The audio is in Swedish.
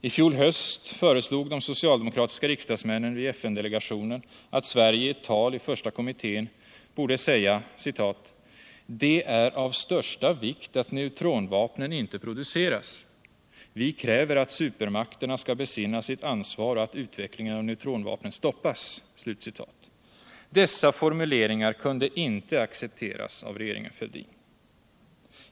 I fjol höst föreslog de socialdemokratiska riksdagsmännen vid FN-delegationen att Sverige i et tal i första kommittén borde säga: ”Det är av största vikt att neutronvapnen inte produceras. Vi kräver att supermakterna skall besinna sitt ansvar och att utvecklingen av neutronvapnen stoppas.” Dessa formuleringar kunde inte accepteras av regeringen Fälldin.